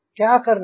क्या करना है